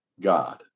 god